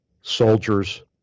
soldiers